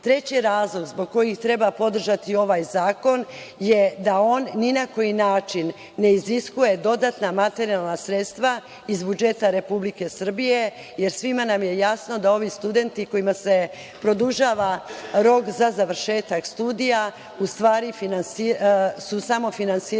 razlog zbog kojeg treba podržati ovaj zakon je da on ni na koji način ne iziskuje dodatna materijalna sredstava iz budžeta RS jer svima nam je jasno da ovi studenti kojima se produžava rok za završetak studija u stvari su samofinansirajući